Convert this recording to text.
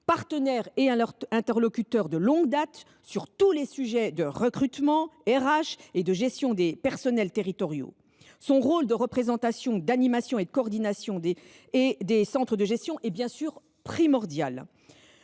partenaire et interlocuteur de longue date sur tous les sujets de recrutement et de gestion des personnels territoriaux. Son rôle de représentation, d’animation et de coordination des centres de gestion est primordial.